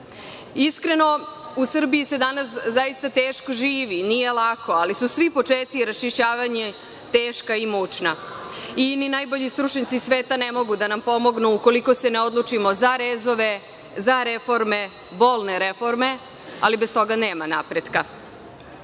Iskreno, u Srbiji se danas zaista teško živi. Nije lako, ali su svi počeci i raščišćavanja teška i mučna i ni najbolji stručnjaci sveta ne mogu da nam pomognu, ukoliko se ne odlučimo za rezove, za reforme, bolne reforme, ali bez toga nema napretka. Na